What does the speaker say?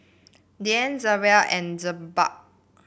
Dian Zaynab and Jebat